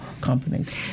companies